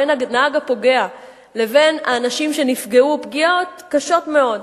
בין הנהג הפוגע לבין האנשים שנפגעו פגיעות קשות מאוד,